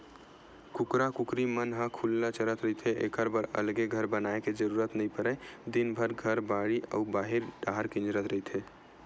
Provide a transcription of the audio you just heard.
कुकरा कुकरी मन ह खुल्ला चरत रहिथे एखर बर अलगे घर बनाए के जरूरत नइ परय दिनभर घर, बाड़ी अउ बाहिर डाहर किंजरत रहिथे